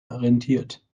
rentiert